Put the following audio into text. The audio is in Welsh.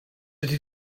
ydy